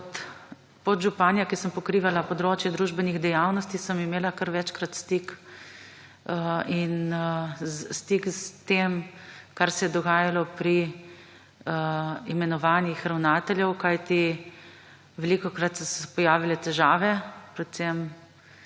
kot podžupanja, ki sem pokrivala področje družbenih dejavnosti, sem imela kar večkrat stik, stik s tem, kar se je dogajalo pri imenovanjih ravnateljev, kajti velikokrat so se pojavile težave, predvsem